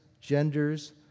genders